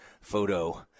photo